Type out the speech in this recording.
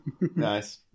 Nice